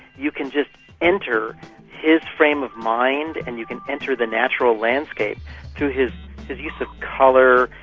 you can just enter his frame of mind and you can enter the natural landscape through his his use of colour.